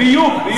ביוב, ביוב.